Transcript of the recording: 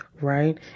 Right